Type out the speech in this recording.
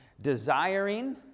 desiring